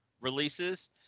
releases